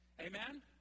Amen